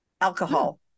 alcohol